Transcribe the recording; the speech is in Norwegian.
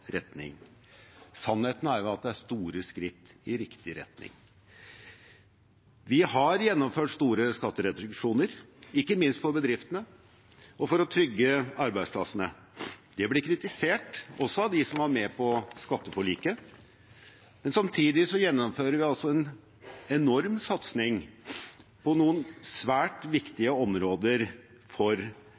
Sannheten er jo at det er store skritt i riktig retning. Vi har gjennomført store skattereduksjoner, ikke minst for bedriftene, for å trygge arbeidsplassene. Det blir kritisert, også av dem som var med på skatteforliket. Samtidig gjennomfører vi en enorm satsing på noen svært viktige områder for